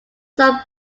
some